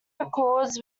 records